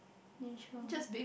neutral